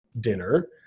dinner